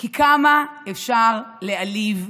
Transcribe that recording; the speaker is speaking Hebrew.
כי כמה אפשר להעליב,